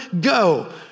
Go